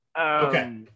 Okay